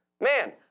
Man